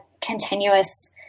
continuous